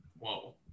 Whoa